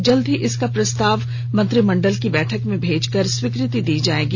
जल्द ही इसका प्रस्ताव मंत्रिमंडल की बैठक में भेजकर स्वीकृति प्राप्त की जायेगी